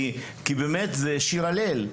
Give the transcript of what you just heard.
זהו שיר הלל,